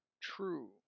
true